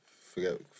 Forget